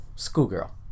Schoolgirl